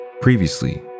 Previously